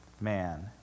man